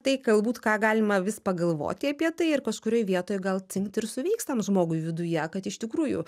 tai galbūt ką galima vis pagalvoti apie tai ir kažkurioj vietoj gal cinkt ir suveiks tam žmogui viduje kad iš tikrųjų